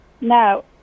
No